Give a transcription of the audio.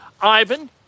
Ivan